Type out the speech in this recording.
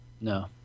No